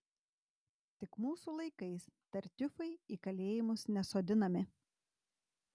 tik mūsų laikais tartiufai į kalėjimus nesodinami